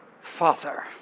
father